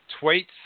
tweets